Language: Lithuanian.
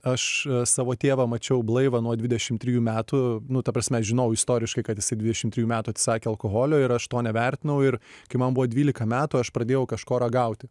aš savo tėvą mačiau blaivą nuo dvidešimt trijų metų nu ta prasme aš žinojau istoriškai kad jisai dvidešimt trijų metų atsisakė alkoholio ir aš to nevertinau ir kai man buvo dvylika metų aš pradėjau kažko ragauti